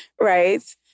right